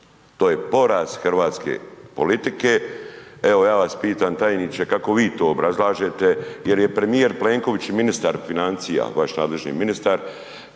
To je porez hrvatske politike. Evo, ja vas pitam tajniče, kako vi to obrazlažete jer je premijer Plenković i ministar financija, vaš nadležni ministar